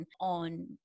on